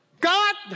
God